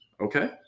okay